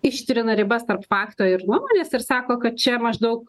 ištrina ribas tarp fakto ir nuomonės ir sako kad čia maždaug